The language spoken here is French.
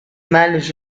malles